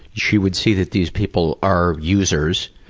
she would see that these people are users,